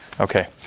Okay